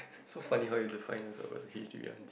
so funny how you define yourself as a H_D_B aunty